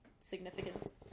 significant